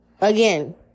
again